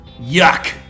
Yuck